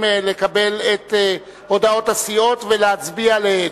לקבל את הודעות הסיעות ולהצביע עליהן.